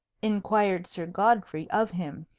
inquired sir godfrey of him.